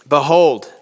Behold